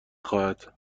خواهد